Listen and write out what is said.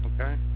Okay